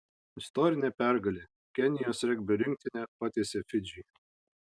istorinė pergalė kenijos regbio rinktinė patiesė fidžį